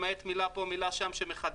למעט מילה פה או מילה שם שמחדדת,